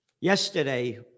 Yesterday